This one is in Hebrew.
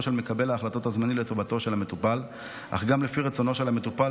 של מקבל ההחלטות הזמני לטובתו של המטופל אך גם לפי רצונו של המטופל,